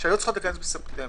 שהיו צריכות להיכנס בספטמבר.